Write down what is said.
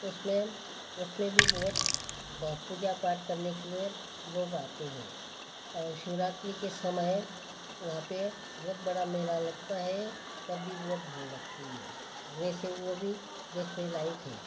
उसमें उसमें भी बहुत पूजा पाठ करने के लिए लोग आते हे शिवरात्रि के समय वहाँ पे बहुत बड़ा मेला लगता है तब भी बहुत भीड़ लगती है वैसे वो भी देखने लैक है